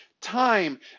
time